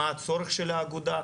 מה הצורך של אגודה,